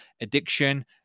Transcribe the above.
addiction